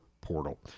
portal